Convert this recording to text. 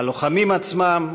הלוחמים עצמם,